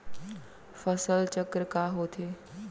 फसल चक्र का होथे?